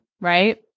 right